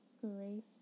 grace